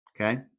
Okay